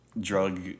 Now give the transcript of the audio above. drug